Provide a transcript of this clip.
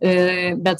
i bet